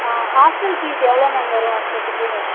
ஆ hostel fees எவ்வளோ ma'am வரும் வருஷத்துக்கு